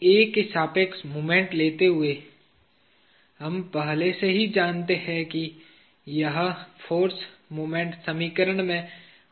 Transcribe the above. A के सापेक्ष moment लेते हुए हम पहले से ही जानते हैं कि यह फाॅर्स मोमेंट समीकरण में भाग नहीं लेगा